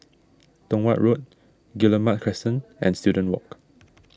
Tong Watt Road Guillemard Crescent and Student Walk